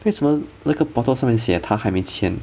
为什么那个 portal 上面写他还没签